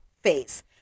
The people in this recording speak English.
face